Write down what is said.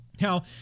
Now